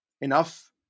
enough